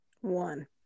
one